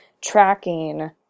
tracking